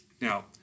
Now